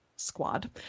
squad